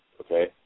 okay